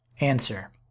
Answer